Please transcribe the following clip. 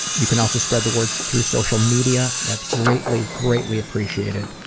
you can also spread the word through social media, that's greatly, greatly appreciated.